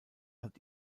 hat